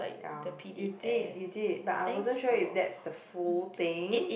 ya you did you did but I wasn't sure if that's the full thing